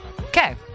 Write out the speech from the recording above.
Okay